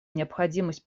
необходимость